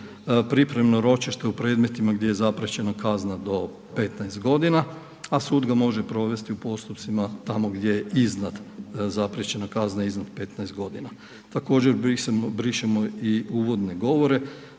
pripremno ročište u predmetima gdje je zapriječena kazna do 15 godina, a sud ga može provesti u postupcima tamo gdje je iznad, zapriječena kazna iznad 15 godina. Također brišemo i uvodne govore